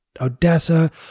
Odessa